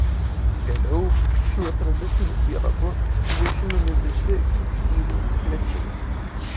vėliau šiuo tradiciniu pyragu vaišinami visi krikštynų svečiai